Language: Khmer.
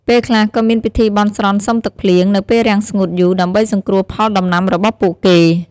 ពេលខ្លះក៏មានពិធីបន់ស្រន់សុំទឹកភ្លៀង នៅពេលរាំងស្ងួតយូរ ដើម្បីសង្គ្រោះផលដំណាំរបស់ពួកគេ។